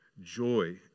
joy